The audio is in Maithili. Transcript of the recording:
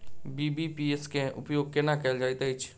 बी.बी.पी.एस केँ उपयोग केना कएल जाइत अछि?